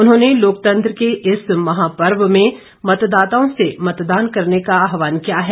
उन्होंने लोकतंत्र के इस महापर्व में मतदाताओं से मतदान करने का आह्वान किया है